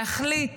להחליט